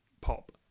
pop